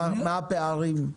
מה הפערים,